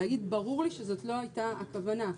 ברור לי שזאת לא הייתה הכוונה.